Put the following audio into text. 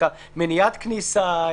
את מניעת הכניסה,